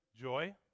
joy